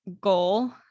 goal